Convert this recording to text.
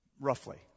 roughly